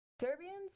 Serbians